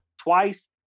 twice